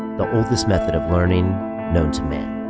the oldest method of learning known to man.